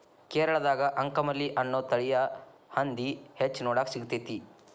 ಕೇರಳದಾಗ ಅಂಕಮಲಿ ಅನ್ನೋ ತಳಿಯ ಹಂದಿ ಹೆಚ್ಚ ನೋಡಾಕ ಸಿಗ್ತೇತಿ